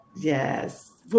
Yes